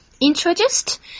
introduced